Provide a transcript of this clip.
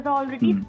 already